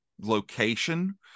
location